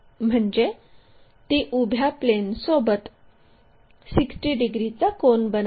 म्हणजे ती उभ्या प्लेनसोबत 60 डिग्रीचा कोन बनवते